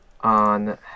on